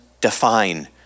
define